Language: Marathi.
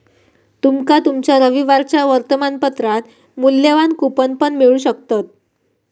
तुमका तुमच्या रविवारच्या वर्तमानपत्रात मुल्यवान कूपन पण मिळू शकतत